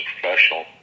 professional